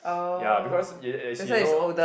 ya because ya ya she know